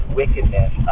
wickedness